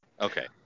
Okay